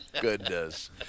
goodness